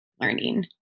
learning